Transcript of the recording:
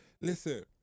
listen